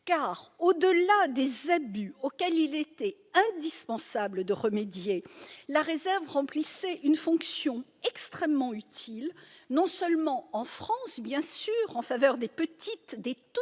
au-delà des abus auxquels il était indispensable de remédier, la réserve remplissait une fonction extrêmement utile, non seulement en France, en faveur essentiellement des toutes